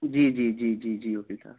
जी जी जी जी जी वकील साहब